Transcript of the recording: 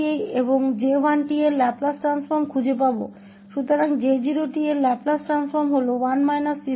तो J0𝑡 का Laplace transform 1 t222t42242 t6224262 का लैपलेस ट्रांसफ़ॉर्म है जो कि J0𝑡की परिभाषा थी